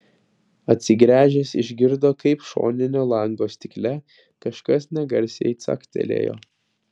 atsigręžęs išgirdo kaip šoninio lango stikle kažkas negarsiai caktelėjo